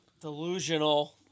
Delusional